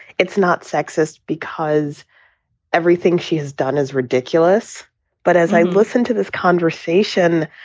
it's not sexist because everything she has done is ridiculous but as i listened to this conversation,